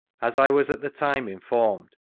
as i was at the time informed,